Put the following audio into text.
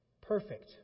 Perfect